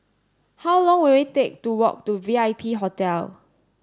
how long will it take to walk to V I P Hotel